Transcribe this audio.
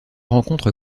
rencontre